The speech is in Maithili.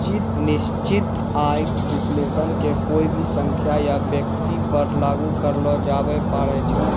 निश्चित आय विश्लेषण के कोय भी संख्या या व्यक्ति पर लागू करलो जाबै पारै छै